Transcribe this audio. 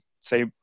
say